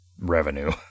revenue